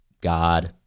God